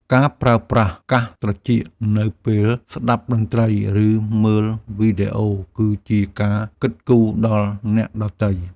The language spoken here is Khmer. ការប្រើប្រាស់កាសត្រចៀកនៅពេលស្តាប់តន្ត្រី ឬមើលវីដេអូ គឺជាការគិតគូរដល់អ្នកដទៃ។